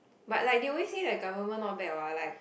but like they always say right government not bad what like